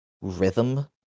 rhythm